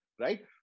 right